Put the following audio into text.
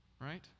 right